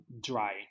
dry